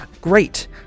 Great